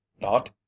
Not